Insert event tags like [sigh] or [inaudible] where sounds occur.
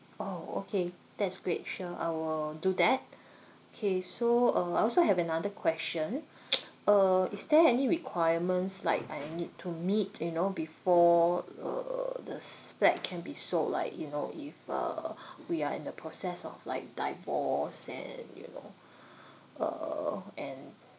orh okay that's great sure I will do that [breath] K so uh I also have another question [noise] uh is there any requirements like I need to meet you know before uh uh the s~ flat can be sold like you know if uh we are in the process of like divorce and you know [breath] uh and